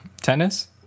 Tennis